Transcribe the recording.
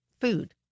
Food